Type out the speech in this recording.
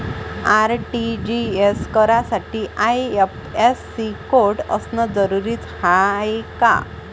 RTGS करासाठी IFSC code असनं जरुरीच हाय का?